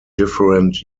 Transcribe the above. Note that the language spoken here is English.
different